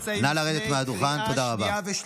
אנחנו נמצאים, נא לרדת מהדוכן, בבקשה.